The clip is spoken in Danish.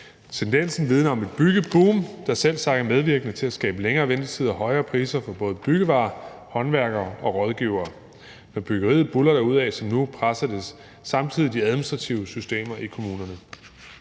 Tendensen vidner om et byggeboom, der selvsagt er medvirkende til at skabe længere ventetider og højere priser for både byggevarer, håndværkere og rådgivere. Når byggeriet buldrer derudad som nu, presser det samtidig de administrative systemer i kommunerne.